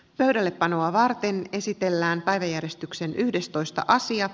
pöydällepanoa varten esitellään päiväjärjestyksen yhdestoista asiat